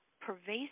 pervasive